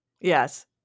Yes